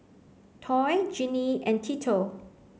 Toy Jeannie and Tito